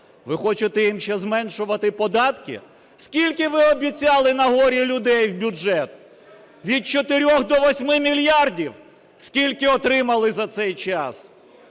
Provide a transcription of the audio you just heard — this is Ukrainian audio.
ви хочете їм ще зменшувати податки? Скільки ви обіцяли на горі людей в бюджет? Від 4 до 8 мільярдів. Скільки отримали за цей час?